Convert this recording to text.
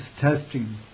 testing